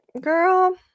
girl